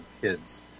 kids